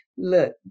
look